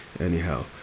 Anyhow